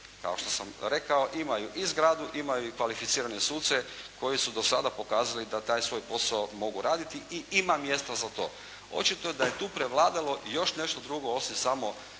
kao što sam rekao imaju i zgradu, imaju i kvalificirane suce koji su do sada dokazali da taj svoj posao mogu raditi i ima mjesta za to. Očito je da je tu prevladalo još nešto drugo osim samo